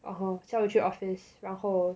(uh huh) 下午去 office 然后